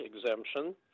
exemption